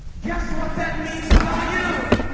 guess what that means about you?